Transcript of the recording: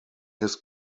his